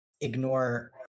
ignore